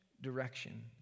direction